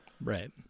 Right